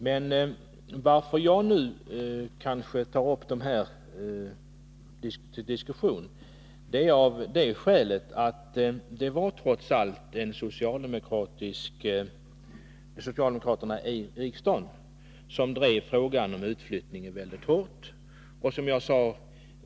Men att jag nu tagit upp saken till diskussion beror på att det trots allt var socialdemokraterna i riksdagen som hårt drev frågan om utflyttning.